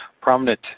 prominent